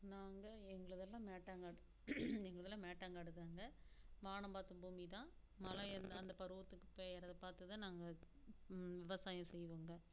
நாங்கள் எங்களுதெல்லாம் மேட்டாங்காடு எங்களுதெல்லாம் மேட்டாங்காடுதாங்க வானம் பார்த்த பூமிதான் மழை அந்த அந்த பருவத்துக்கு பெய்கிறத பார்த்துதான் நாங்கள் விவசாயம் செய்வோங்க